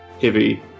Heavy